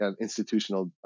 institutional